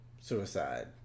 suicide